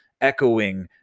echoing